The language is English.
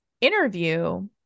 interview